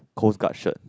coast guard shirt